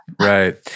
Right